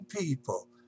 people